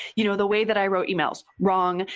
you know the way that i wrote emails, wrong.